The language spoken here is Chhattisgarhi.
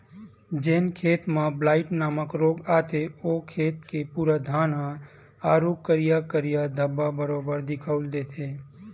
जेन खेत म ब्लाईट नामक रोग आथे ओ खेत के पूरा धान ह आरुग करिया करिया धब्बा बरोबर दिखउल देथे